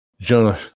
Jonah